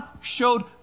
showed